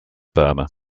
burma